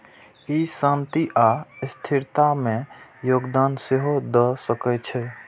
ई शांति आ स्थिरता मे योगदान सेहो दए सकै छै